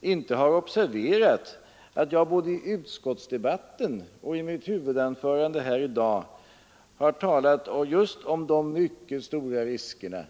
inte har observerat att jag såväl i utskottsdebatten som i mitt huvudanförande här i dag har talat just om de mycket stora riskerna.